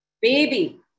baby